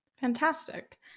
Fantastic